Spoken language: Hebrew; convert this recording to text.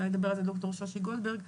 אולי תדבר על זה דוקטור שושי גולדברג,